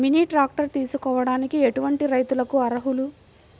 Mini tractor తీసుకోవడానికి ఎటువంటి రైతులకి అర్హులు?